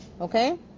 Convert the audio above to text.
Okay